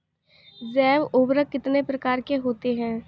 जैव उर्वरक कितनी प्रकार के होते हैं?